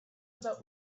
about